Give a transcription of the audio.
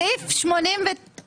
בפועל מה שקרה זה,